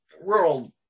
rural